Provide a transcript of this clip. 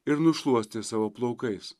ir nušluostė savo plaukais